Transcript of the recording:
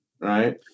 Right